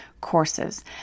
courses